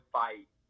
fight